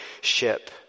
ship